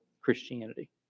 Christianity